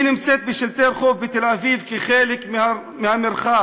היא נמצאת בשלטי רחוב בתל-אביב כחלק מהמרחב,